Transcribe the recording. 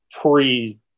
pre